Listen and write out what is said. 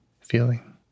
Feeling